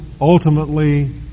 ultimately